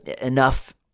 enough